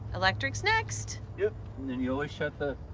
electric's next. yeah and and you always shut the